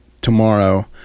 tomorrow